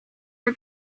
the